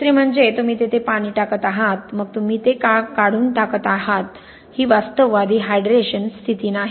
दुसरे म्हणजे तुम्ही तेथे पाणी टाकत आहात मग तुम्ही ते काढून टाकत आहात ही वास्तववादी हायड्रेशन स्थिती नाही